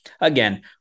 again